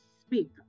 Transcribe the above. speak